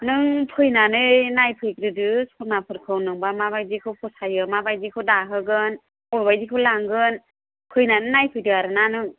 नों फैनानै नायफैग्रोदो स'नाफोरखौ नोंबा मा बायदिखौ फसायो मा बायदिखौ दाहोगोन बबे बायदिखौ लांगोन फैनानै नायफैदो आरो ना नों